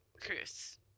Chris